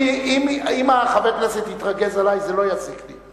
אם חבר כנסת יתרגז עלי זה לא יזיק לי,